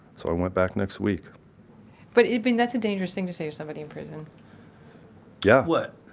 so i went back next week but i mean that's a dangerous thing to say to somebody in prison yeah what?